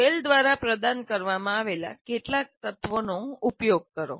ટેલ દ્વારા પ્રદાન કરવામાં આવેલા કેટલાક તત્વોનો ઉપયોગ કરો